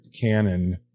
canon